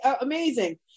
amazing